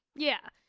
yeah.